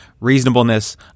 reasonableness